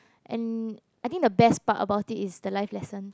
and I think the best part about it is the life lesson